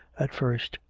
at first,